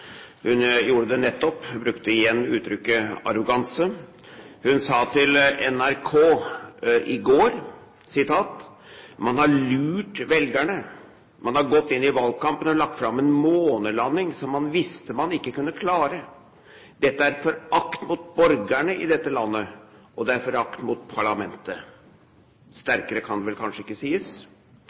Hun gjorde det nettopp, hun brukte igjen uttrykket «arroganse». Hun sa til NRK i går at man har lurt velgerne. Man har gått inn i valgkampen og lagt fram en månelanding som man visste man ikke kunne klare. Dette er forakt mot borgerne i dette landet, og det er forakt mot parlamentet. Sterkere kan det vel kanskje ikke sies.